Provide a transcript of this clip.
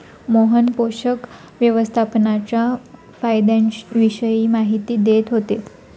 मोहन पोषक व्यवस्थापनाच्या फायद्यांविषयी माहिती देत होते